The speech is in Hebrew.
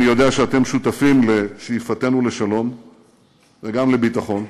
אני יודע שאתם שותפים לשאיפתנו לשלום וגם לביטחון,